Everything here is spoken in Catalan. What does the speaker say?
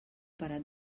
parat